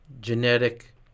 genetic